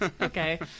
Okay